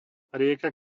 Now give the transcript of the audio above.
rieka